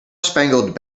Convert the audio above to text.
spangled